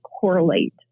correlate